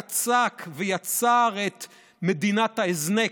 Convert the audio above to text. יצק ויצר את מדינת ההזנק,